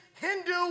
Hindu